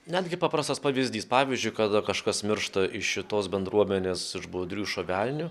netgi paprastas pavyzdys pavyzdžiui kada kažkas miršta iš šitos bendruomenės iš budrių iš šovenių